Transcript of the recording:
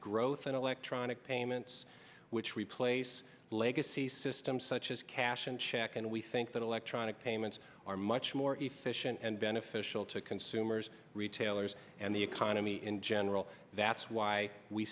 growth in electronic payments which replace legacy systems such as cash and check and we think that electronic payments are much more efficient and beneficial to consumers retailers and the economy in general that's why we